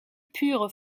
pure